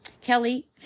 Kelly